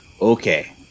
Okay